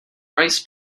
rice